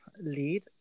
lead